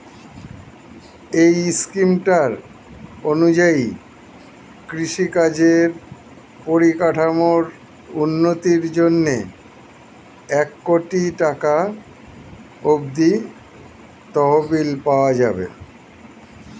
এই স্কিমটার অনুযায়ী কৃষিকাজের পরিকাঠামোর উন্নতির জন্যে এক কোটি টাকা অব্দি তহবিল পাওয়া যাবে